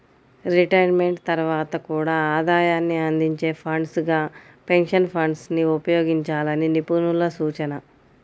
retirement తర్వాత కూడా ఆదాయాన్ని అందించే ఫండ్స్ గా పెన్షన్ ఫండ్స్ ని ఉపయోగించాలని నిపుణుల సూచన